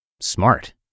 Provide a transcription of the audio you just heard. Smart